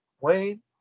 Wayne